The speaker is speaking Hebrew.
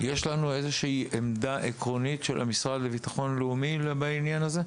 יש לנו איזושהי עמדה עקרונית של המשרד לבטחון לאומי בעניין הזה?